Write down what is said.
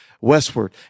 westward